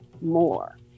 more